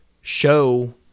show